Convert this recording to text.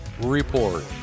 report